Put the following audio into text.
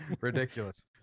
Ridiculous